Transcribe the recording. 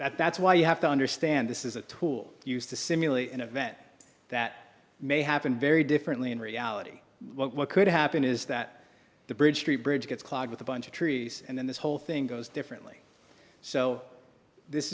that that's why you have to understand this is a tool used to simulate an event that may happen very differently in reality what could happen is that the bridge street bridge gets clogged with a bunch of trees and then this whole thing goes differently so this